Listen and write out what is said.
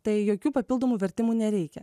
tai jokių papildomų vertimų nereikia